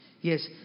Yes